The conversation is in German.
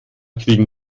kriegen